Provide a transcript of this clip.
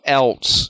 else